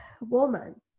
woman